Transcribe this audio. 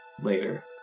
later